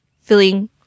feeling